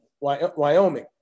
Wyoming